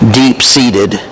deep-seated